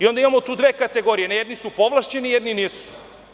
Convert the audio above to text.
Onda imamo tu dve kategorije, jedni su povlašćeni, drugi nisu.